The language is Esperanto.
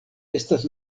estas